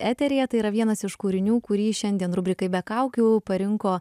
eteryje tai yra vienas iš kūrinių kurį šiandien rubrikai be kaukių parinko